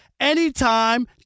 Anytime